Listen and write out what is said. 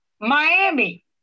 Miami